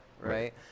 Right